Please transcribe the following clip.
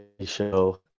Show